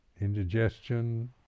indigestion